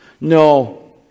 no